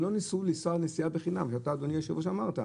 הם לא ניסו לנסוע נסיעה בחינם ואתה אדוני היושב-ראש אמרת.